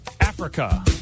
Africa